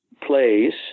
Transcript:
plays